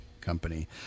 company